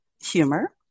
humor